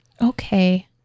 okay